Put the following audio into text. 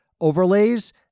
overlays